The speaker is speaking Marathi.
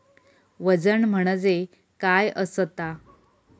वजन म्हणजे काय असता?